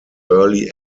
early